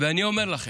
ואני אומר לכם,